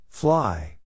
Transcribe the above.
Fly